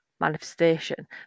manifestation